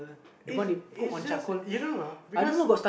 is is just you don't know because